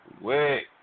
Wait